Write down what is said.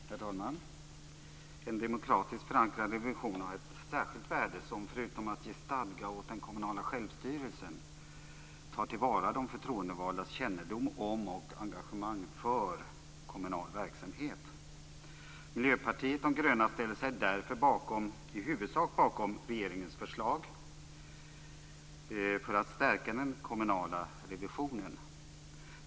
Herr talman! En demokratiskt förankrad revision har ett särskilt värde som, förutom att ge stadga åt den kommunala självstyrelsen, tar till vara de förtroendevaldas kännedom om och engagemang för kommunal verksamhet. Miljöpartiet de gröna ställer sig därför i huvudsak bakom regeringens förslag för att stärka den kommunala revisionen.